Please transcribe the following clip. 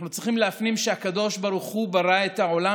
אנחנו צריכים להפנים שהקדוש ברוך הוא ברא את העולם